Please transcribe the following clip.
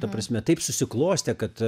ta prasme taip susiklostė kad